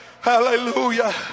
hallelujah